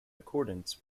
accordance